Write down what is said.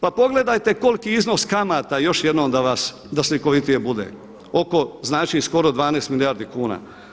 Pa pogledajte koliki iznos kamata – još jednom da slikovitije bude – oko znači skoro 12 milijardi kuna.